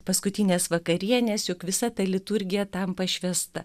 paskutinės vakarienės juk visa ta liturgija tampa švęsta